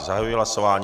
Zahajuji hlasování.